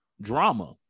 Drama